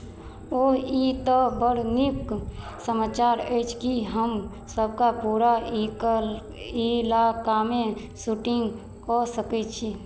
ओ ई तऽ बड्ड नीक समाचार अछि की हम सभके पूरा ई कल ई इलाकामे शूटिंग कऽ सकैत छी